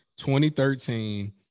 2013